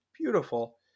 beautiful